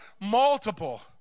multiple